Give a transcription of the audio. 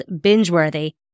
binge-worthy